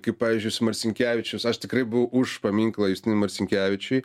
kaip pavyzdžiui su marcinkevičiaus aš tikrai buvo už paminklą justinui marcinkevičiui